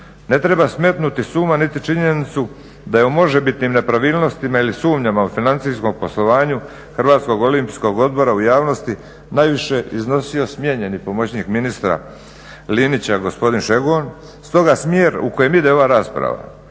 Ne treba smetnuti niti s uma niti činjenicu da može bitnim nepravilnostima ili sumnjama u financijskom poslovanju Hrvatskog olimpijskog odbora u javnosti najviše iznosio smijenjeni pomoćnik ministra Linića gospodin Šegon, stoga smjer u kojem ide ova rasprava